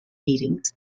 meetings